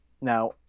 now